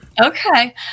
Okay